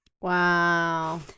Wow